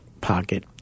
pocket